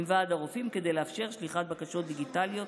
תקיים דיונים עם ועד הרופאים כדי לאפשר שליחת בקשות דיגיטליות